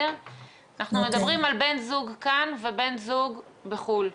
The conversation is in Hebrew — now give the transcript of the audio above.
אנחנו מדברים על בן זוג כאן ובן זוג בחו"ל,